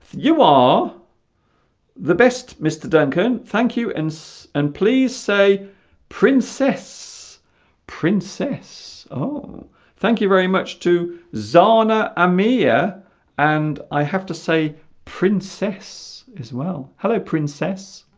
you are the best mr. duncan thank you and so and please say princess princess oh thank you very much to zhanna amia and i have to say princess as well hello princess